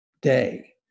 day